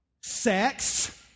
Sex